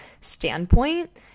standpoint